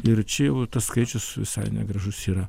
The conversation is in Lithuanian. ir čia jau tas skaičius visai negražus yra